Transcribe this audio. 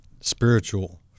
spiritual